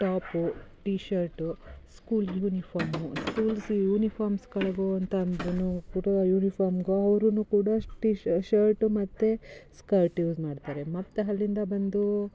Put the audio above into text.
top T shirt school uniform schools ಯುನಿಫಾರ್ಮ್ಸುಗಳ್ಗು ಅಂತ ಅಂದ್ರೂ ಯೂನಿಫಾರ್ಮಿಗೂ ಅವ್ರು ಕೂಡ ಟಿ ಶ ಶರ್ಟು ಮತ್ತು ಸ್ಕರ್ಟ್ ಯೂಸ್ ಮಾಡ್ತಾರೆ ಮತ್ತು ಅಲ್ಲಿಂದ ಬಂದು